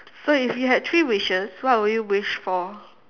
so if you had three wishes what would you wish for